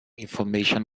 information